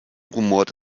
rumort